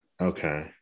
Okay